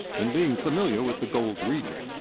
and being familiar with the gold region.